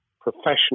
professional